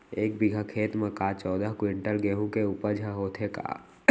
एक बीघा खेत म का चौदह क्विंटल गेहूँ के उपज ह होथे का?